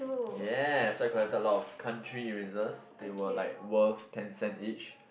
yes so I collected a lot of country erasers they were like worth ten cents each